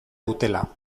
dutela